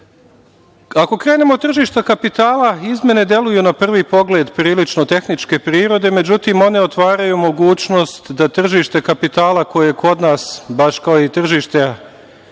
krenemo od tržišta kapitala, izmene deluju na prvi pogled prilično tehničke prirode, međutim, one otvaraju mogućnost da tržište kapitala koje je kod nas, baš kao i uopšte